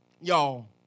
Y'all